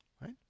right